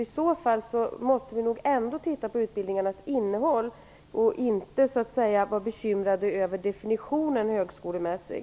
I så fall måste vi nog ändå titta på utbildningarnas innehåll och inte vara bekymrade över definitionen "högskolemässig".